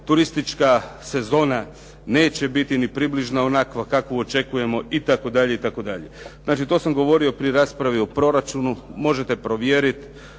turistička sezona neće biti ni približna onakva kakvu očekujemo itd. Znači to sam govorio pri raspravi o proračunu, možete provjeriti,